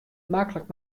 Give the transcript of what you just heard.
maklik